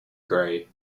grey